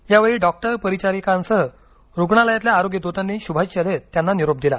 यावेळी डॉक्टर परिचारिकांसह रुग्णालयातील आरोग्य दूतांनी शुभेच्छा देत निरोप दिला